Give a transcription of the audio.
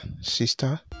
sister